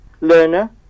learner